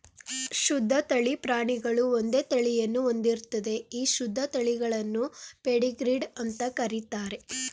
ಶುದ್ಧ ತಳಿ ಪ್ರಾಣಿಗಳು ಒಂದೇ ತಳಿಯನ್ನು ಹೊಂದಿರ್ತದೆ ಈ ಶುದ್ಧ ತಳಿಗಳನ್ನು ಪೆಡಿಗ್ರೀಡ್ ಅಂತ ಕರೀತಾರೆ